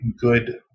good